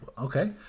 Okay